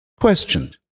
questioned